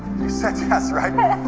you said yes, right?